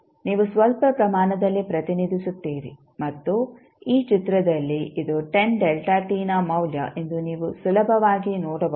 ನೀವು ಸ್ವಲ್ಪ ಪ್ರಮಾಣದಲ್ಲಿ ಪ್ರತಿನಿಧಿಸುತ್ತೀರಿ ಮತ್ತು ಈ ಚಿತ್ರದಲ್ಲಿ ಇದು 10 ನ ಮೌಲ್ಯ ಎಂದು ನೀವು ಸುಲಭವಾಗಿ ನೋಡಬಹುದು